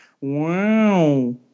wow